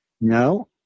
No